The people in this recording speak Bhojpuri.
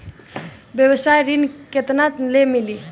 व्यवसाय ऋण केतना ले मिली?